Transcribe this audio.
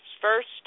first